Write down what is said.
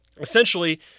Essentially